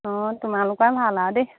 অঁ তোমালোকৰে ভাল আৰু দেই